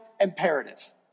imperative